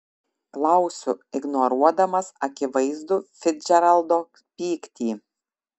klausiu ignoruodamas akivaizdų ficdžeraldo pyktį